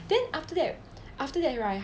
then after that after that right